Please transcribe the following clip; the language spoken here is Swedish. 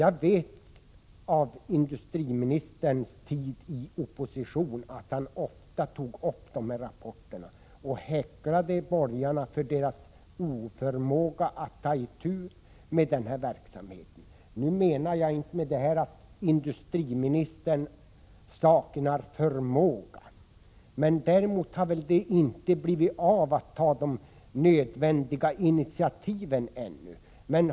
Jag vet att Thage Peterson under sin tid i opposition ofta tog upp dessa rapporter och häcklade borgarna för deras oförmåga att ta itu med denna verksamhet. Nu menar jag inte med detta att industriministern saknar förmåga. Däremot har det väl inte blivit av att ta de nödvändiga initiativen.